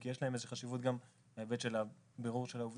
כי יש להם איזושהי חשיבות גם בהיבט של בירור העובדות.